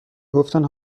گفتن